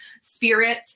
spirit